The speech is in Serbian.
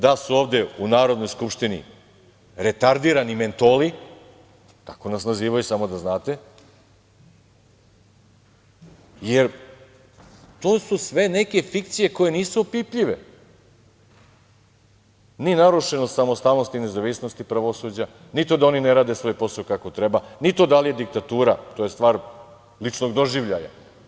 Da su ovde, u Narodnoj skupštini retardirani mentoli, tako nas nazivaju samo da znate, jer to su sve neke fikcije koje nisu opipljive, ni narušena samostalnost i nezavisnost pravosuđa, ni to da oni ne rade svoj posao kako treba, ni to da li je diktatura, to je stvar ličnog doživljaja.